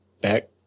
back